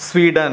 Sweden